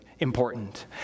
Important